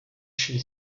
she